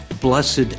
blessed